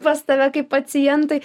pas tave kaip pacientai